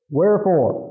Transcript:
wherefore